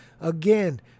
Again